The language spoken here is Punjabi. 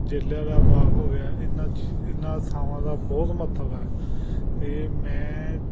ਜਲ੍ਹਿਆਂਵਾਲਾ ਬਾਗ ਹੋ ਗਿਆ ਇਹਨਾਂ ਚੀ ਇਹਨਾਂ ਥਾਵਾਂ ਦਾ ਬਹੁਤ ਮਹੱਤਵ ਹੈ ਅਤੇ ਮੈਂ